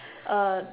uh